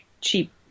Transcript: cheap